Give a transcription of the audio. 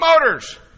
Motors